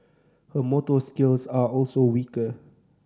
her motor skills are also weaker